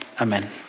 Amen